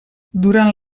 durant